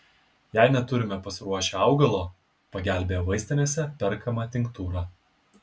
jei neturime pasiruošę augalo pagelbėja vaistinėse perkama tinktūra